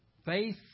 Faith